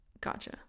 Gotcha